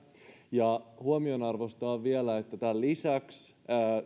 ja huomionarvoista on vielä että tämän lisäksi